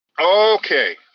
Okay